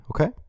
okay